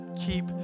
keep